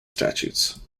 statutes